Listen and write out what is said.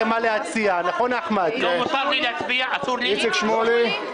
נוכח איציק שמולי,